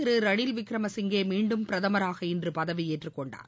திரு ரணில்விக்ரமசிங்கே மீண்டும் பிரதமராக இன்று பதவியேற்றுக்கொண்டார்